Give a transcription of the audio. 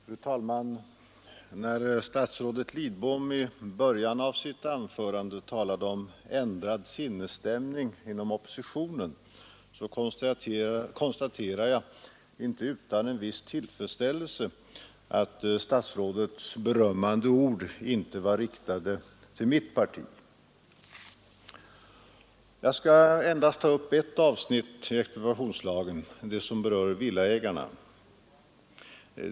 Fru talman! När statsrådet Lidbom i början av sitt anförande talade om ändrad sinnesstämning inom oppositionen konstaterade jag — inte utan en viss tillfredsställelse — att statsrådets berömmande ord inte var nämligen staten. Jag tänker bl.a. på den affär som gjordes upp mellan staten och några kommuner norr om Stockholm — Sollentuna, Järfälla, riktade till mitt parti. Jag skall endast ta upp ett avsnitt i expropriationslagen, det som berör villaägarna.